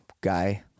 guy